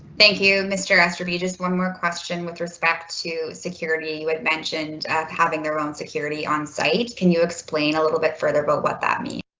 thank you mr. aster be just one more question with respect to security with mentioned having their own security on site. can you explain a little bit further about what that means?